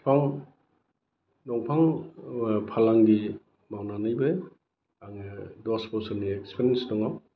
बिफां दंफां फालांगि मावनानैबो आङो दस बोसोरनि एक्सपिरियेन्स दङ